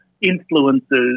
influences